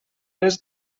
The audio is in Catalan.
les